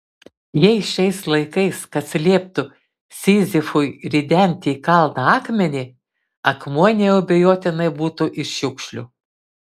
jei šiais laikais kas lieptų sizifui ridenti į kalną akmenį akmuo neabejotinai būtų iš šiukšlių